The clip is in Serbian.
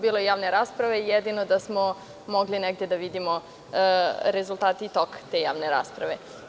Bila je javna rasprava i jedino gde smo mogli negde da vidimo rezultate toka te javne rasprave.